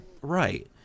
Right